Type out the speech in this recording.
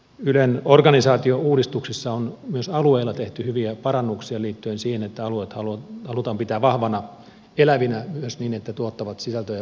ylen organisaatiouudistuksessa on myös alueilla tehty hyviä parannuksia liittyen siihen että alueet halutaan pitää vahvoina elävinä myös niin että ne tuottavat sisältöjä valtakunnan verkkoon